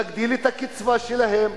להגדיל את הקצבה שלהם,